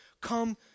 come